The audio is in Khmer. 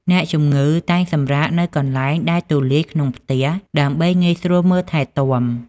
អ្នកជំងឺតែងសម្រាកនៅកន្លែងដែលទូលាយក្នុងផ្ទះ ដើម្បីងាយស្រួលមើលថែទាំ។